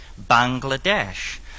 Bangladesh